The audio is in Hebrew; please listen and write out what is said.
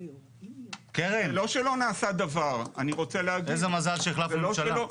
קרן, איזה מזל שהחלפנו ממשלה.